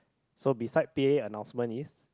so beside p_a annoucement is